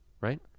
right